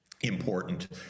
important